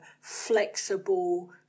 flexible